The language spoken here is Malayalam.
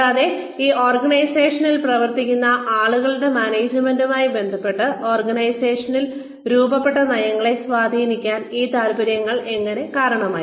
കൂടാതെ ഈ ഓർഗനൈസേഷനിൽ പ്രവർത്തിക്കുന്ന ആളുകളുടെ മാനേജ്മെന്റുമായി ബന്ധപ്പെട്ട് ഓർഗനൈസേഷനിൽ രൂപപ്പെട്ട നയങ്ങളെ സ്വാധീനിക്കാൻ ഈ താൽപ്പര്യങ്ങൾ എങ്ങനെ കാരണമായി